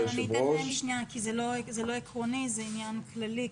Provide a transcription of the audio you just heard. ולכן אני אתן שתי דקות לכל אחד להציג את